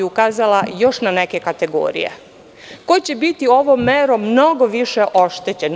Ukazala bih još na neke kategorije, ko će biti ovom merom mnogo više oštećen?